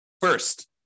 first